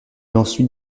ensuite